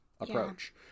approach